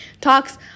talks